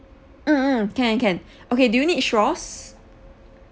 mm mm can can okay do you need straws